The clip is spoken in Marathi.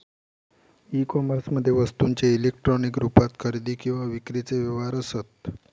ई कोमर्समध्ये वस्तूंचे इलेक्ट्रॉनिक रुपात खरेदी किंवा विक्रीचे व्यवहार असत